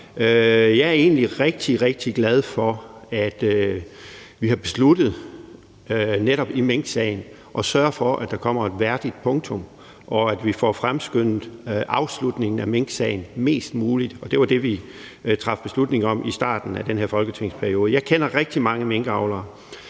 Jeg er egentlig rigtig, rigtig glad for, at vi netop i minksagen har besluttet at sørge for, at der kommer et værdigt punktum, og at vi får fremskyndet afslutningen af minksagen mest muligt. Det var det, vi traf beslutning om i starten af den her folketingsperiode. Jeg kender rigtig mange minkavlere.